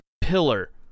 pillar